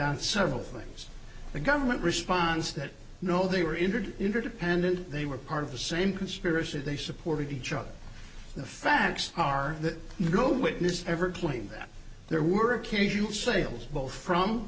on several things the government response that no they were injured interdependent they were part of the same conspiracy they supported each other the facts are that no witness ever claimed that there were occasional sales both from